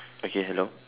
okay hello